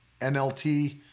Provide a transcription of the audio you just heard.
NLT